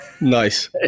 Nice